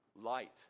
Light